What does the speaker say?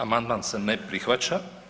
Amandman se ne prihvaća.